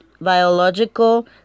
biological